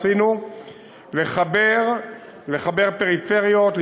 עשינו לחבר פריפריות,